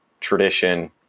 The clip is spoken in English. Tradition